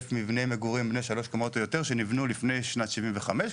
מבני מגורים בני שלוש קומות או יותר שנבנו לפני שנת 75',